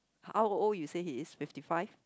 how old you said he is fifty five